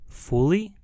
fully